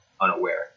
unaware